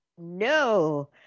no